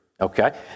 Okay